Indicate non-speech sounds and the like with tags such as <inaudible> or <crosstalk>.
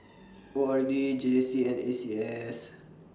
<noise> O R D J J C and A C S